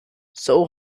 seoul